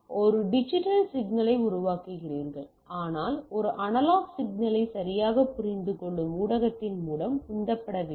ஒரு டிஜிட்டல் சிக்னலை உருவாக்குகிறீர்கள் ஆனால் ஒரு அனலாக் சிக்னலை சரியாகப் புரிந்துகொள்ளும் ஊடகத்தின் மூலம் உந்தப்பட வேண்டும்